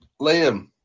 Liam